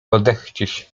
odechcieć